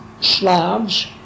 Slavs